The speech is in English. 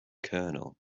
colonel